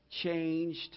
changed